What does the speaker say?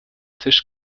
tisch